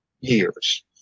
years